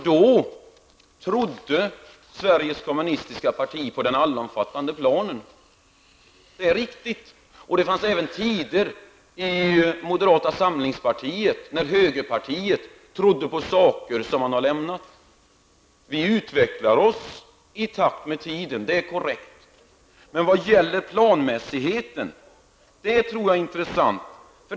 Då trodde Sveriges kommunistiska parti på en allomfattande plan -- det är riktigt. Men även moderata samlingspartiet, högerpartiet, hade en gång uppfattningar som man nu har gått ifrån. Vi utvecklas i takt med tiden -- det är korrekt. Sedan tycker jag att detta med planmässigheten är någonting intressant.